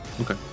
Okay